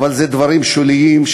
אבל אלה דברים שוליים,